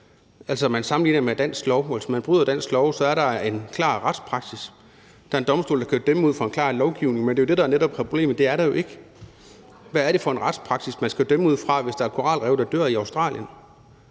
Altså, man sammenligner med dansk lov, og hvis man bryder dansk lov, er der en klar retspraksis. Der er en domstol, der kan dømme ud fra en klar lovgivning. Men det er jo det, der netop er problemet, at det er der ikke. Hvad er det for en retspraksis, man skal dømme ud fra, hvis der er et koralrev, der dør i Australien?